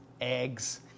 eggs